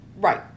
Right